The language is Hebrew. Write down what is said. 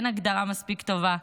אין הגדרה מספיק טובה.